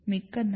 மிக்க நன்றி